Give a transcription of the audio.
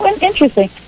interesting